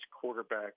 quarterback